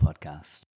Podcast